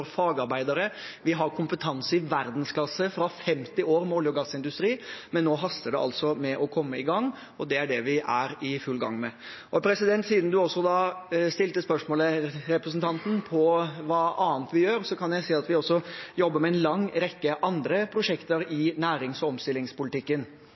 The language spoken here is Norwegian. offshore-fagarbeidere. Vi har kompetanse i verdensklasse fra 50 år med olje- og gassindustri. Nå haster det med å komme i gang, og det er vi i full gang med. Siden representanten også stilte spørsmål om hva annet vi gjør, kan jeg si at vi også jobber med en lang rekke andre prosjekter